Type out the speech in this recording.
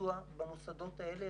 לביצוע במוסדות האלה,